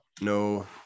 No